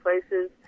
places